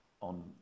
on